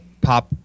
pop